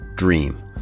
Dream